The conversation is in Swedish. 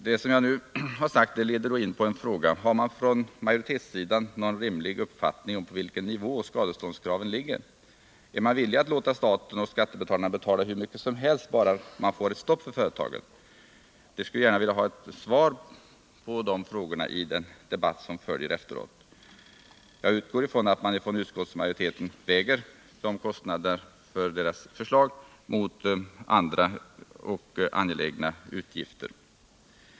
Det jag nu har sagt leder in på en fråga: Har man på majoritetssidan någon rimlig uppfattning om på vilken nivå skadeståndskraven ligger? Är man villig att låta staten och skattebetalarna betala hur mycket som helst bara man får ett stopp för företaget? Jag skulle gärna vilja ha ett svar på de frågorna i den debatt som följer. Jag utgår från att utskottsmajoriteten har vägt kostnaderna för sitt förslag mot andra angelägna utgifter.